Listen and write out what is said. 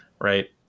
right